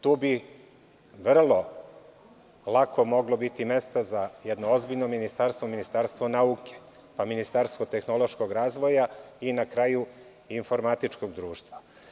Tu bi vrlo lako moglo biti mesta za jedno ozbiljno ministarstvo nauke, pa ministarstvo tehnološkog razvoja i informatičkog društva.